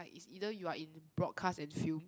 ya is either you are in broadcast and feel